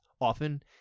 often